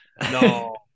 No